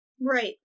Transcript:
Right